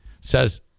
says